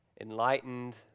enlightened